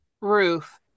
Ruth